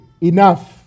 enough